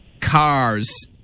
car's